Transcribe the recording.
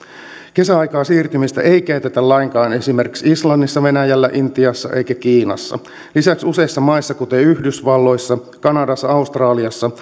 kesäaikaan siirtymistä ei käytetä lainkaan esimerkiksi islannissa venäjällä intiassa eikä kiinassa lisäksi useissa maissa kuten yhdysvalloissa kanadassa ja australiassa